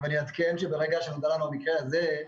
אני אעדכן שברגע שנודע לנו על המקרה הזה,